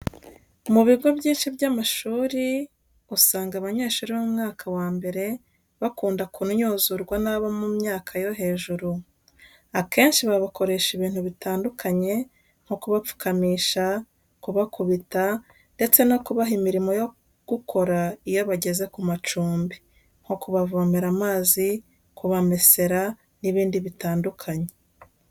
Mu bigo byinshi by’amashuri, usanga abanyeshuri bo mu mwaka wa mbere bakunda kunyuzurwa n'abo mu myaka yo hejuru. Akenshi babakoresha ibintu bitandukanye nko kubapfukamisha, kubakubita ndetse no kubaha imirimo yo gukora iyo bageze ku macumbi, nko kubavomera amazi, kubamesera n’ibindi bitandukanye.